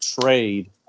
trade